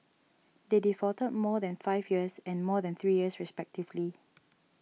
they defaulted for more than five years and more than three years respectively